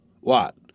What